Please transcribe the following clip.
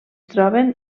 troben